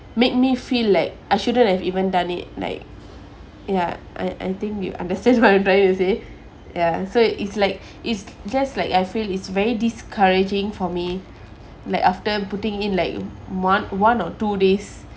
made me feel like I shouldn't have even done it like yeah I I think you understand what I'm trying to say ya so it is like it's just like I feel it's very discouraging for me like after putting in like one one or two days